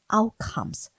outcomes